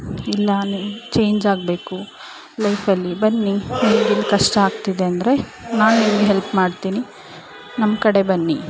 ಇಲ್ಲ ನೀವು ಚೇಂಜಾಗಬೇಕು ಲೈಫಲ್ಲಿ ಬನ್ನಿ ನಿಮ್ಗಿಲ್ಲಿ ಕಷ್ಟಾ ಆಗ್ತಿದೆ ಅಂದರೆ ನಾನು ನಿಮ್ಗೆ ಹೆಲ್ಪ್ ಮಾಡ್ತೀನಿ ನಮ್ಮ ಕಡೆ ಬನ್ನಿ